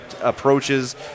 approaches